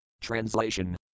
Translation